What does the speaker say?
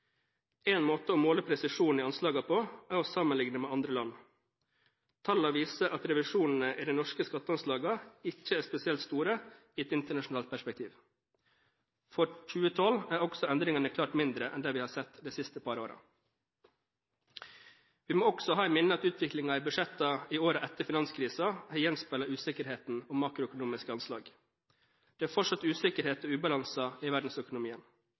En måte å måle presisjonen i anslagene på er å sammenligne med andre land. Tallene viser at revisjonene i de norske skatteanslagene ikke er spesielt store i et internasjonalt perspektiv. For 2012 er også endringene klart mindre enn det vi har sett de siste par årene. Vi må også ha i minnet at utviklingen i budsjettene i årene etter finanskrisen har gjenspeilet usikkerheten om makroøkonomiske anslag. Det er fortsatt usikkerhet og ubalanser i verdensøkonomien.